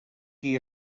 qui